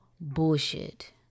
bullshit